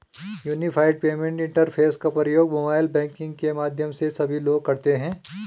unified payment interface का प्रयोग mobile banking के माध्यम से सभी लोग करते हैं